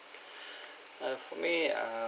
uh for me err